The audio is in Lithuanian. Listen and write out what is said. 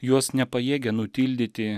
juos nepajėgia nutildyti